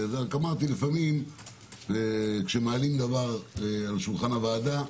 רק אמרתי שלפעמים כשמעלים דבר על שולחן הוועדה,